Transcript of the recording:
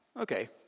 Okay